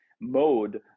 mode